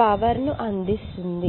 power ను అందిస్తుంది